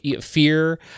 fear